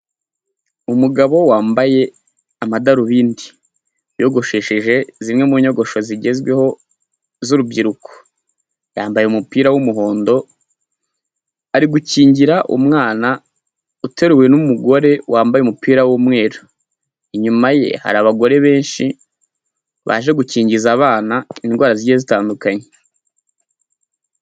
Umugabo wambaye amadarubindi, wiyogoshesheje zimwe mu nyogosho zigezweho z'urubyiruko, yambaye umupira w'umuhondo, ari gukingira umwana uteruwe n'umugore wambaye umupira w'umweru, inyuma ye hari abagore benshi baje gukingiza abana indwara zigiye zitandukanye.